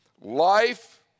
life